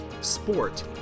sport